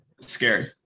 scary